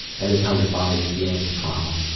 that is how your body is dealing with trauma.